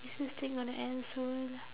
is this thing gonna end soon